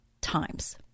times